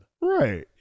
Right